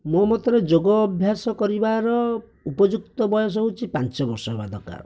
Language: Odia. ମୋ ମତରେ ଯୋଗ ଅଭ୍ୟାସ କରିବାର ଉପଯୁକ୍ତ ବୟସ ହେଉଛି ପାଞ୍ଚ ବର୍ଷ ହେବା ଦରକାର